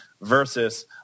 versus